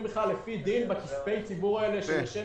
בכלל לפי דין בכספי הציבור האלה לשם